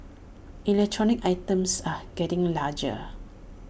electronic items are getting larger